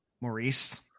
Maurice